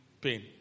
pain